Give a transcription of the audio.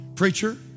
Preacher